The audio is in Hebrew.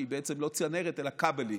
שהיא בעצם לא צנרת אלא כבלים,